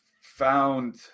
found